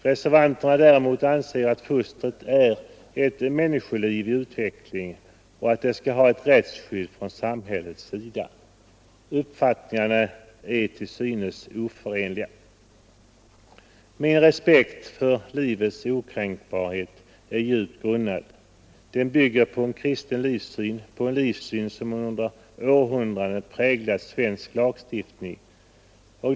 Reservanterna däremot anser att fostret är ett människoliv i utveckling och att det skall ha ett rättsskydd från samhällets sida. Uppfattningarna är till synes oförenliga. Min respekt för livets okränkbarhet är djupt grundad. Den bygger på en kristen livssyn, en livssyn som under århundraden präglat svensk lagstiftning.